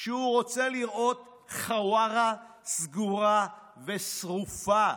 שהוא רוצה לראות חווארה סגורה ושרופה,